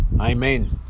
amen